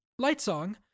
Lightsong